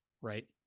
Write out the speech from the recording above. right